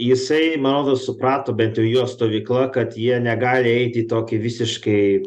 jisai man rodos suprato bent jau jo stovykla kad jie negali eiti į tokį visiškai